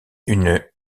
une